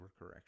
overcorrection